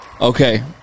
Okay